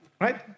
right